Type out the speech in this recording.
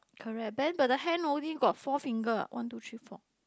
correct then but the hand only got four finger ah one two three four